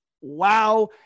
wow